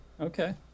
Okay